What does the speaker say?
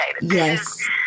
Yes